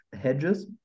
hedges